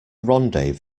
rendezvous